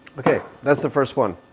okay, that's the first one!